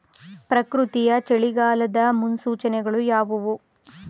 ಪ್ರಕೃತಿಯ ಚಳಿಗಾಲದ ಮುನ್ಸೂಚನೆಗಳು ಯಾವುವು?